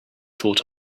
thought